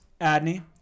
Adney